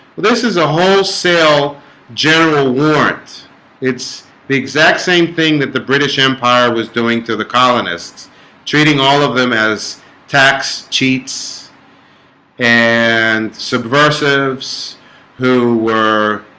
this is a wholesale general warrant it's the exact same thing that the british empire was doing to the colonists treating all of them as tax cheats and subversives who were